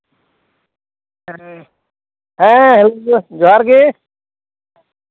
ᱦᱮᱸ ᱡᱚᱦᱟᱨ ᱜᱮ